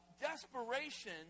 Desperation